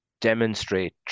demonstrate